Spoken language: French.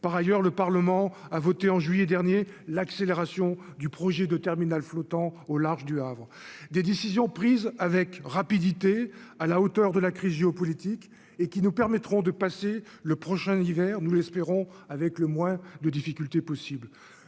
par ailleurs, le Parlement a voté en juillet dernier, l'accélération du projet de terminal flottant au large du Havre des décisions prises avec rapidité à la hauteur de la crise géopolitique et qui nous permettront de passer le prochain hiver nous l'espérons, avec le moins de difficultés possible